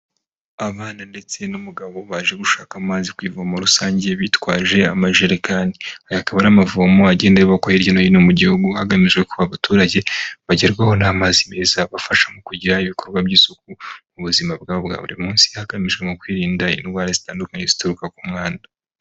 Abana ndetse n'umugabo baje gushaka amazi ku ivomo rusange bitwaje amajerekani, aya akaba ari amavomo agende yubakwa hirya no hino mu gihugu hagamijwe kuba abaturage bagerwaho n'amazi meza bafasha mu kugira ibikorwa by'isuku mu buzima bwa buri munsi, hagamijwe mu kwirinda indwara zitandukanye zituruka ku mwanda.